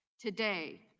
Today